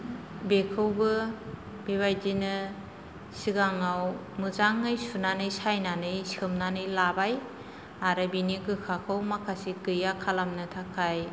बेखौबो बेबायदिनो सिगाङाव मोजाङै सुनानै सायनानै सोमनानै लाबाय आरो बेनि गोखाखौ माखासे गैया खालामनो थाखाय